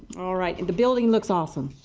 all right. and building looks awesome.